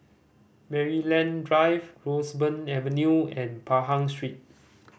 Maryland Drive Roseburn Avenue and Pahang Street